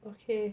okay